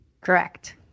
Correct